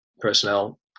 personnel